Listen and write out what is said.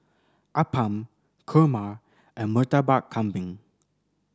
appam kurma and Murtabak Kambing